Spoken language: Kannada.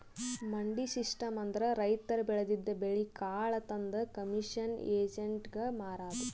ಮಂಡಿ ಸಿಸ್ಟಮ್ ಅಂದ್ರ ರೈತರ್ ಬೆಳದಿದ್ದ್ ಬೆಳಿ ಕಾಳ್ ತಂದ್ ಕಮಿಷನ್ ಏಜೆಂಟ್ಗಾ ಮಾರದು